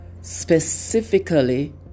specifically